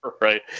Right